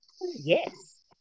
Yes